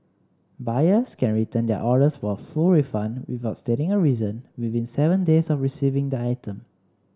buyers can return their orders for a full refund without stating a reason within seven days of receiving the item